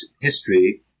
history